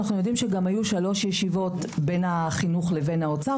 היו שלוש ישיבות בין החינוך לאוצר,